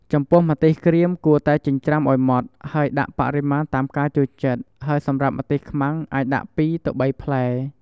ចំពោះម្ទេសក្រៀម គួរតែចិញ្ច្រាំឱ្យម៉ដ្ឋ ហើយដាក់បរិមាណតាមការចូលចិត្ត ហើយសម្រាប់ម្ទេសខ្មាំងអាចដាក់ ២-៣ ផ្លែ។